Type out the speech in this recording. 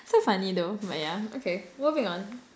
so funny though but yeah okay moving on